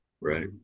Right